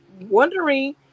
wondering